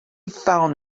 found